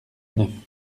neuf